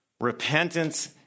repentance